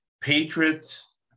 Patriots